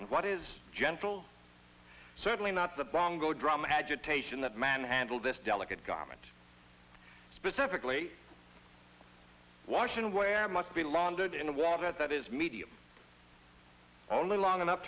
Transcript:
and what is gentle certainly not the bongo drum agitation that manhandled this delicate garment specifically washing wear must be laundered in water that is medium only long enough